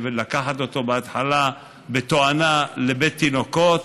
לקחו אותו בהתחלה בתואנה, לבית תינוקות,